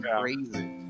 crazy